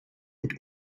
mit